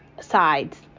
sides